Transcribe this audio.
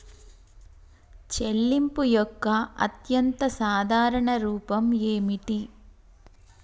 చెల్లింపు యొక్క అత్యంత సాధారణ రూపం ఏమిటి?